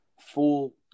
full